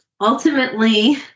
Ultimately